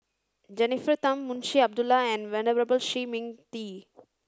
Jennifer Tham Munshi Abdullah and Venerable Shi Ming Di